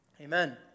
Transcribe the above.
Amen